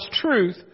truth